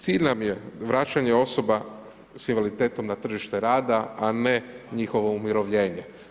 Cilj nam je vraćanje osoba sa invaliditetom na tržište rada a ne njihovo umirovljenje.